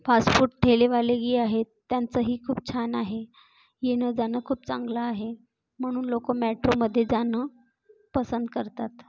fast food ठेलेवालेही आहेत त्यांचंही खूप छान आहे येणंजाणं खूप चांगलं आहे म्हणून लोक मॅट्रोमध्ये जाणं पसंत करतात